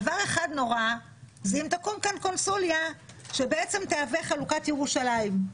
דבר אחד נורא זה אם תקום כאן קונסוליה שתהווה חלוקת ירושלים.